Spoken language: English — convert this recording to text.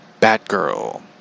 Batgirl